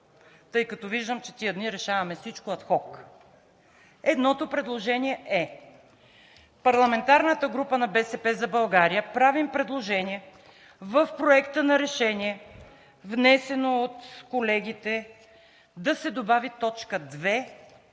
тъй като виждам, че тези дни решаваме всичко ад хок. Едното предложение е: парламентарната група на „БСП за България“ прави предложение в Проекта на решение, внесено от колегите, да се добави т. 2